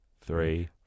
Three